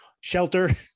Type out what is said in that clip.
shelter